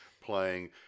playing